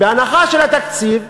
בהנחה של התקציב,